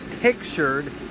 pictured